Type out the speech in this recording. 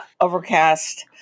overcast